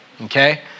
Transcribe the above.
Okay